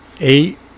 eight